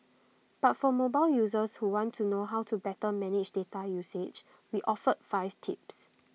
but for mobile users who want to know how to better manage data usage we offered five tips